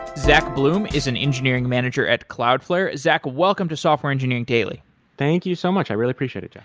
zack bloom is an engineering manager at cloudflare. zack welcome to software engineering daily thank you so much. i really appreciate it, jeff.